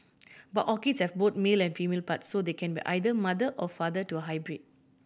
but orchids have both male and female parts so they can be either mother or father to hybrid